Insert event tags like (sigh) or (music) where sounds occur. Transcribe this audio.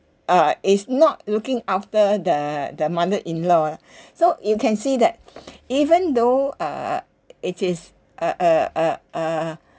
uh is not looking after the the mother-in-law (breath) so you can see that (noise) even though (uh)it is a uh